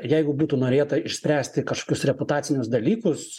jeigu būtų norėta išspręsti kažkokius reputacinius dalykus